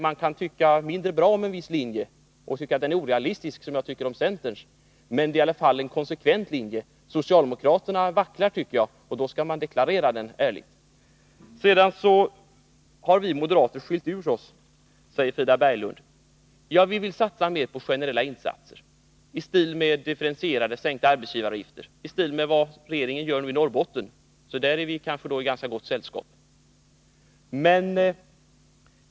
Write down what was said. Man kan tycka mindre bra om en viss linje och tycka att den är orealistisk, som jag tycker om centerns linje, men det är i alla fall en konsekvent linje. Socialdemokraterna vacklar. Man skall ärligt deklarera sin linje. Vi moderater har skilt oss från de andra, säger Frida Berglund. Ja, vi vill satsa mer på generella insatser, t.ex. differentierade sänkta arbetsgivaravgifter, och sådana insatser som regeringen gör i Norrbotten — i detta avseende är vi i ganska gott sällskap.